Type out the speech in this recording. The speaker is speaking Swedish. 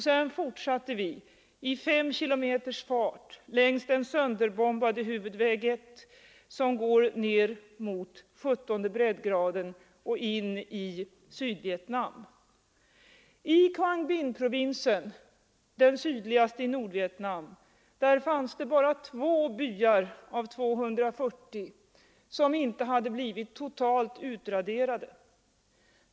Sedan fortsatte vi i fem kilometers fart längs den sönderbombade huvudväg 1 som går ned mot 17 breddgraden och in i Sydvietnam. I Quang Binh-provinsen, den sydligaste i Nordvietnam, fanns bara två byar av 240 som inte hade blivit totalt utraderade.